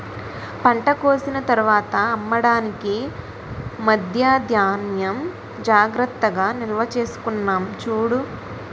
పంట కోసిన తర్వాత అమ్మడానికి మధ్యా ధాన్యం జాగ్రత్తగా నిల్వచేసుకున్నాం చూడు